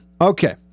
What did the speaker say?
Okay